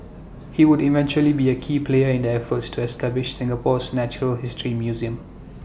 he would eventually be A key player in the efforts to establish Singapore's natural history museum